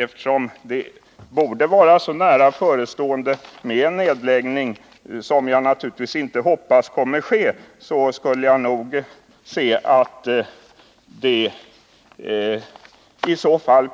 Eftersom en nedläggning torde vara så nära förestående — något som jag naturligtvis hoppas inte kommer att ske — skulle jag gärna se att det